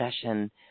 session